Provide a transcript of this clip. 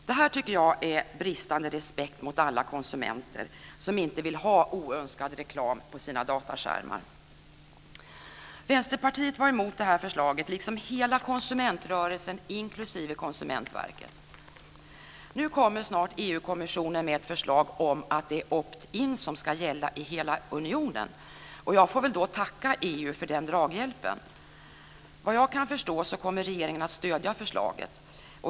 Det tycker jag är bristande respekt för alla konsumenter som inte vill ha oönskad reklam på sina dataskärmar. Vänsterpartiet var emot det här förslaget, liksom hela konsumentrörelsen, inklusive Konsumentverket. Nu kommer snart EU-kommissionen med ett förslag om att det är opt in-lösningen som ska gälla i hela unionen. Jag får väl tacka EU för den draghjälpen. Vad jag kan förstå kommer regeringen att stödja förslaget.